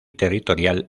territorial